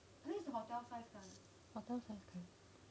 hotel size kind